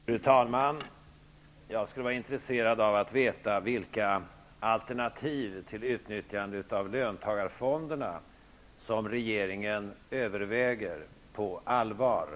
Fru talman! Jag är intresserad av att få veta vilka alternativ till utnyttjande av löntagarfonderna som regeringen på allvar överväger.